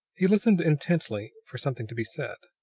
he listened intently for something to be said.